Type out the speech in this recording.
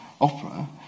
opera